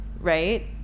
right